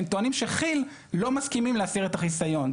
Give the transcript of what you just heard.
הם טוענים שכי"ל לא מסכימים להסיר את החיסיון.